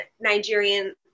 Nigerian